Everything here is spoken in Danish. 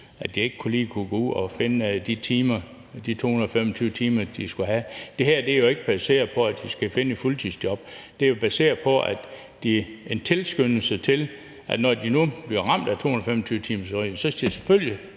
at de ikke lige kunne gå ud at finde de 225 timer, de skulle have. Det her er jo ikke baseret på, at de skal finde et fuldtidsjob. Det er jo baseret på en tilskyndelse til, at når de bliver ramt af 225-timersreglen, skal de selvfølgelig